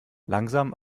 langsam